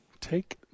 Take